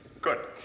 Good